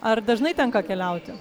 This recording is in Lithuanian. ar dažnai tenka keliauti